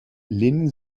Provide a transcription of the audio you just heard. lehnen